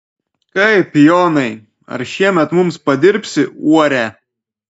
kaip jonai ar šiemet mums padirbsi uorę